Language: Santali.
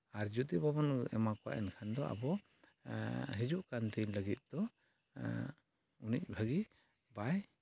ᱟᱨ ᱡᱩᱫᱤ ᱵᱟᱵᱚᱱ ᱮᱢᱟ ᱠᱚᱣᱟ ᱮᱱᱠᱷᱟᱱ ᱫᱚ ᱟᱵᱚ ᱦᱤᱡᱩᱜ ᱠᱟᱱ ᱫᱤᱱ ᱞᱟᱹᱜᱤᱫ ᱫᱚ ᱩᱱᱤ ᱵᱷᱟᱹᱜᱤ ᱵᱟᱭ